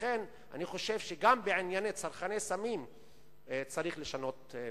לכן אני חושב שגם בענייני צרכני סמים צריך לשנות מדיניות.